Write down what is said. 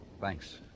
Thanks